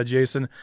Jason